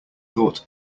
thought